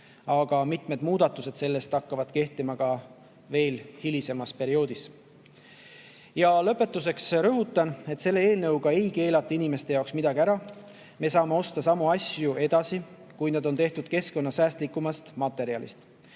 aga mitmed muudatused hakkavad kehtima hiljem. Ja lõpetuseks rõhutan, et selle eelnõu kohaselt ei keelata inimeste jaoks midagi ära. Me saame osta samu asju edasi, kui need on tehtud keskkonnasäästlikumast materjalist.